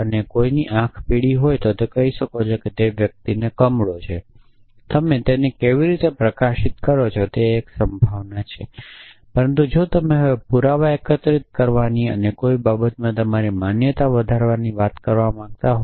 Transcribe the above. અને કોઈની આંખો પીળી હોય છે તો કહી શકો કે તે વ્યક્તિને કમળો છે કે તમે તેને કેવી રીતે પ્રકાશિત કરો છો તે એક સંભાવના છે પરંતુ જો તમે હવે પુરાવા એકત્રિત કરવાની અને કોઈ બાબતમાં તમારી માન્યતા વધારવાની વાત કરવા માંગતા હો